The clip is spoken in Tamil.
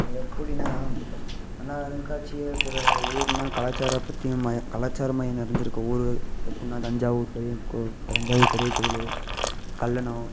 எப்படின்னா நல்லா அருங்காட்சியகக்குற ஊர்னால் கலாச்சாரம் பற்றியும் மய கலாச்சாரமயம் நிறஞ்சிருக்கற ஊர் எப்பிடின்னா தஞ்சாவூர் பெரிய கோ தஞ்சாவூர் பெரிய கோயில் கல்லணம்